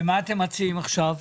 ומה אתם מציעים עכשיו?